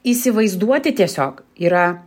įsivaizduoti tiesiog yra